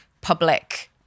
public